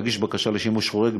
להגיש בקשה לשימוש חורג,